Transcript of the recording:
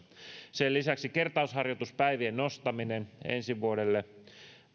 sen lisäksi kertausharjoituspäivien nostaminen ensi vuodelle